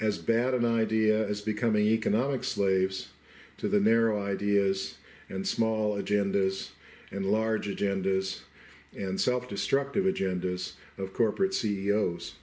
as bad an idea is becoming economic slaves to the narrow ideas and small agendas and large agendas and self destructive agendas of corporate c